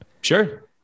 Sure